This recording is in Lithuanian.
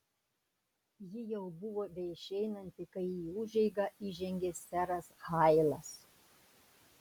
ji jau buvo beišeinanti kai į užeigą įžengė seras hailas